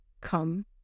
Come